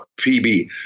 PB